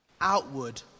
outward